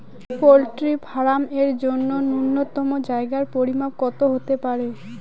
Poultry farm এর জন্য নূন্যতম জায়গার পরিমাপ কত হতে পারে?